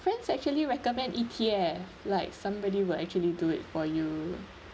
friends actually recommend E_T_F like somebody will actually do it for you